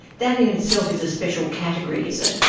that in itself is a special category, is it?